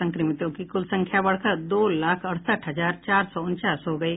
संक्रमितों की कुल संख्या बढ़कर दो लाख अड़सठ हजार चार सौ उनचास हो गयी